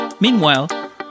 Meanwhile